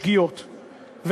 בשגיאות,